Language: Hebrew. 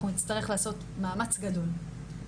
אנחנו נצטרך לעשות מאמץ גדול.